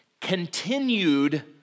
continued